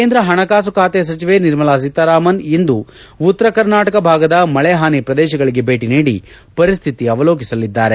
ಕೇಂದ್ರ ಹಣಕಾಸು ಖಾತೆ ಸಚಿವೆ ನಿರ್ಮಲಾ ಸೀತಾರಾಮನ್ ಇಂದು ಉತ್ತರ ಕರ್ನಾಟಕ ಭಾಗದ ಮಳೆ ಹಾನಿ ಪ್ರದೇಶಗಳಿಗೆ ಭೇಟಿ ನೀಡಿ ಪರಿಸ್ಥಿತಿ ಅವರೋಕಿಸಲಿದ್ದಾರೆ